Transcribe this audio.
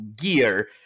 gear